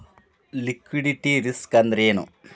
Liquidity risk ಅಂದ್ರೇನು?